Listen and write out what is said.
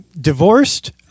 divorced